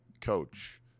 coach